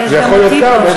יש גם אותי פה.